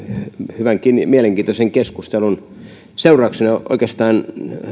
hyvänkin ja mielenkiintoisen keskustelun seurauksena haluan oikeastaan